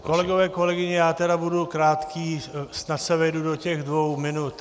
Kolegové, kolegyně, já tedy budu krátký, snad se vejdu do těch dvou minut.